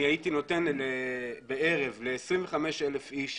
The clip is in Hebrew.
אני הייתי נותן בערב אחד ל-25,000 אנשים